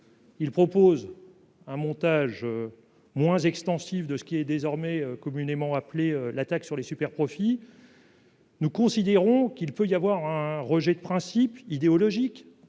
Il propose un montage moins extensive de ce qui est désormais communément appelée la taxe sur les superprofits. Nous considérons qu'il peut y avoir un rejet de principe idéologique